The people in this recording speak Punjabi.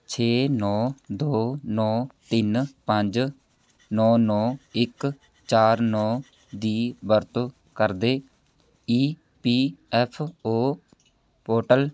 ਛੇ ਨੌਂ ਦੋ ਨੌਂ ਤਿੰਨ ਪੰਜ ਨੌਂ ਨੌਂ ਇੱਕ ਚਾਰ ਨੌਂ ਦੀ ਵਰਤੋਂ ਕਰਦੇ E P F O portal